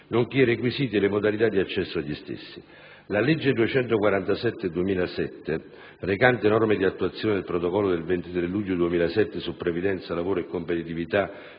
nonché i requisiti e le modalità di accesso agli stessi. La legge n. 247 del 2007, recante «Norme di attuazione del Protocollo del 23 luglio 2007 su previdenza, lavoro e competitività